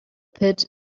pit